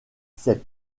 cet